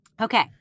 Okay